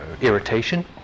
irritation